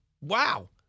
Wow